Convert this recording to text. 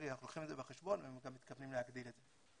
אנחנו לוקחים את זה בחשבון וגם מתכוונים להגדיל את זה.